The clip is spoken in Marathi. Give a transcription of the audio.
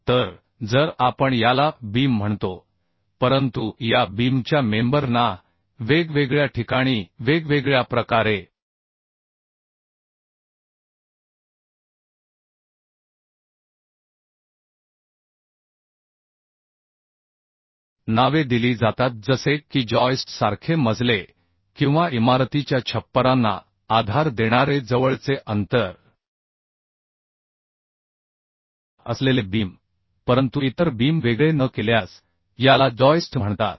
तर जर आपण याला बीम म्हणतो परंतु या बीमच्या मेंबर ना वेगवेगळ्या ठिकाणी वेगवेगळ्या प्रकारे नावे दिली जातात जसे की जॉइस्ट सारखे मजले किंवा इमारतीच्या छप्परांना आधार देणारे जवळचे अंतर असलेले बीम परंतु इतर बीम वेगळे न केल्यास याला जॉइस्ट म्हणतात